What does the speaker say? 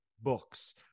books